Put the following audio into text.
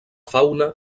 fauna